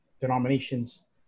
denominations